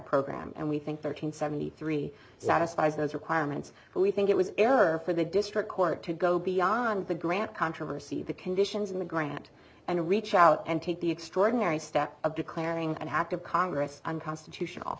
program and we think thirteen seventy three satisfies those requirements but we think it was error for the district court to go beyond the grant controversy the conditions in the grant and reach out and take the extraordinary step of declaring an act of congress unconstitutional